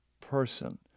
person